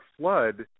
Flood